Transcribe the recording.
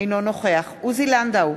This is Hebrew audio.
אינו נוכח עוזי לנדאו,